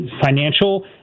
financial